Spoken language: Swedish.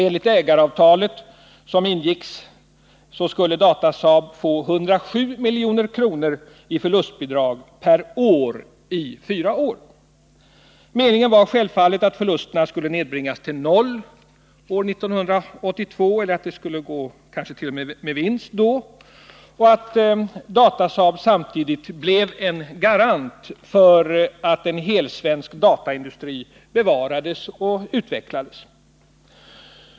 Enligt det ägaravtal som ingicks skulle Datasaab få 107 milj.kr. i förlustbidrag per år under fyra år. Meningen var självfallet att förlusterna skulle nedbringas till noll år 1982, eller att rörelsen t.o.m. skulle gå med vinst då, och att Datasaab samtidigt skulle bli en garant för att en helsvensk dataindustri bevarades och utvecklades.